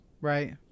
Right